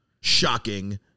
Shocking